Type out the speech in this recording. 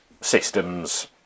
systems